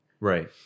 Right